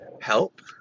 help